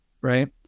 right